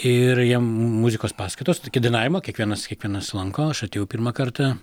ir jiem muzikos paskaitos tokį dainavimą kiekvienas kiekvienas lanko aš atėjau pirmą kartą